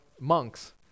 monks